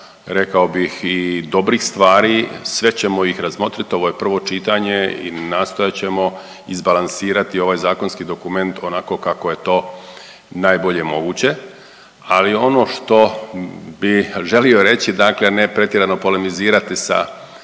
rekao bih i dobrih stvari. Sve ćemo ih razmotriti. Ovo je prvo čitanje i nastojat ćemo izbalansirati ovaj zakonski dokument onako kako je to najbolje moguće. Ali ono što bih želio reći, dakle ne pretjerano polemizirati sa